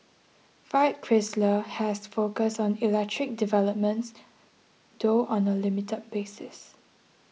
Fiat Chrysler has focused on electric developments though on a limited basis